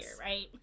right